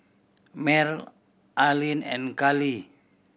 Mel Arline and Karly